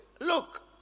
Look